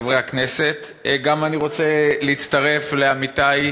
חברי הכנסת, גם אני רוצה להצטרף לעמיתי,